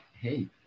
hey